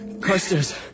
Carstairs